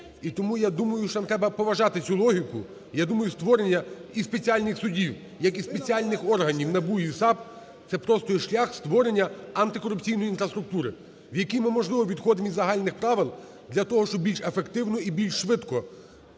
І тому, я думаю, що нам треба поважати цю логіку, і я думаю, створення і спеціальних судів, як і спеціальних органів НАБУ і САП, це просто є шлях створення антикорупційної інфраструктури. В якій ми, можливо, відходимо від загальних правил для того, щоб більш ефективно і більш швидко